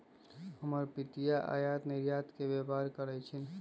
हमर पितिया आयात निर्यात के व्यापार करइ छिन्ह